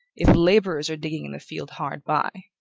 if laborers are digging in the field hard by.